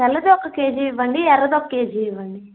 తెల్లది ఒక కేజీ ఇవ్వండి ఎర్రదొక కేజీ ఇవ్వండి